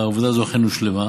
הושלמה.